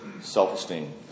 self-esteem